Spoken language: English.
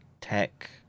tech